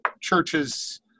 churches